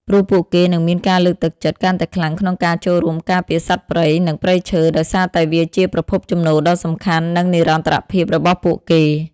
ព្រោះពួកគេនឹងមានការលើកទឹកចិត្តកាន់តែខ្លាំងក្នុងការចូលរួមការពារសត្វព្រៃ និងព្រៃឈើ ដោយសារតែវាជាប្រភពចំណូលដ៏សំខាន់ និងនិរន្តរភាពរបស់ពួកគេ។